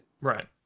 Right